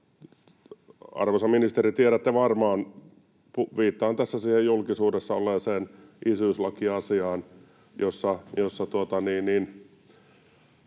Arvoisa ministeri, tiedätte varmaan, viittaan tässä siihen julkisuudessa olleeseen isyyslakiasiaan, jossa